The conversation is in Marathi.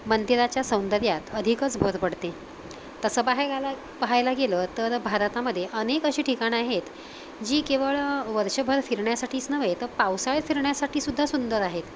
मंदिराच्या सौंदर्यात अधिकच भर पडते तसं पाह्लाया पाह्यला गेलं तर भारतामध्ये अनेक अशे ठिकाणं आहेत जी केवळ वर्षभर फिरण्यासाठीच नव्हे तर पावसाळ्यात फिरण्यासाठी सुद्धा सुंदर आहेत